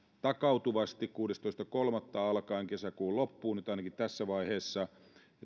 takautuvasti kuudestoista kolmatta alkaen kesäkuun loppuun nyt ainakin tässä vaiheessa